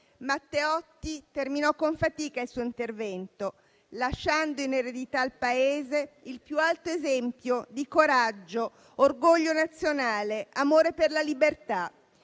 Matteotti terminò con fatica il suo intervento, lasciando in eredità al Paese il più alto esempio di coraggio, orgoglio nazionale, amore per la libertà.